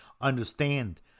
understand